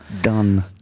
Done